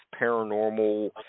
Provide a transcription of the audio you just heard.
paranormal